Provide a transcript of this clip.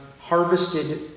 harvested